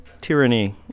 tyranny